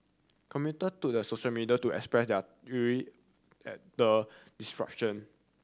commuter to the social media to express their ire at the disruption